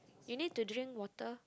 you need to drink water